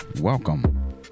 Welcome